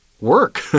work